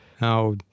Now